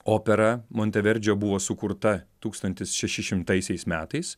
opera monteverdžio buvo sukurta tūkstantis šeši šimtaisiais metais